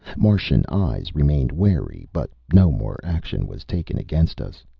martian eyes remained wary, but no more action was taken against us.